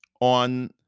on